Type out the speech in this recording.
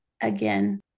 again